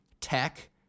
tech